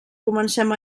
comencem